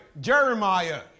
Jeremiah